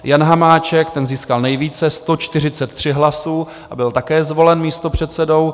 Jan Hamáček, ten získal nejvíce, 143 hlasů, a byl také zvolen místopředsedou.